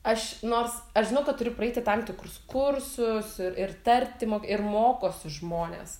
aš nors aš žinau kad turi praeiti tam tikrus kursus ir ir tarti mok ir mokosi žmonės